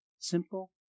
Simple